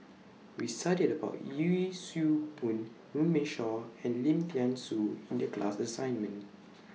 We studied about Yee Siew Pun Runme Shaw and Lim Thean Soo in The class assignment